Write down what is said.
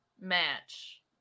match